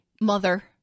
mother